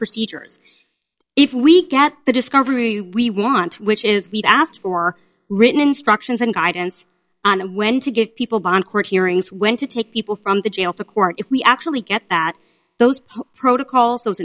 procedures if weak at the discovery we want which is we've asked for written instructions and guidance on when to get people back on court hearings when to take people from the jail to court if we actually get that those protocols those